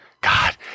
God